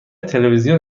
تلویزیون